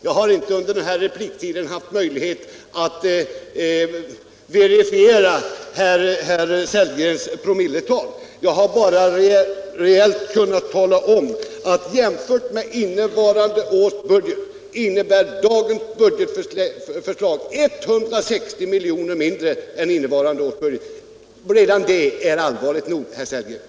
Jag har under den här repliktiden inte haft någon möjlighet att kontrollera herr Sellgrens promilletal, utan jag har bara reellt kunnat tala om att jämfört med innevarande års budget innebär dagens budgetförslag 160 milj.kr. mindre än innevarande års anslag. Redan detta är allvarligt nog, herr Sellgren.